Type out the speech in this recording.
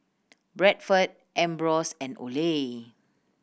Bradford Ambros and Olay